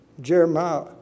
Jeremiah